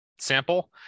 sample